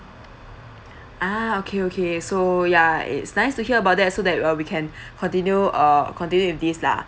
ah okay okay so ya it's nice to hear about that so that uh we can continue err continue with these lah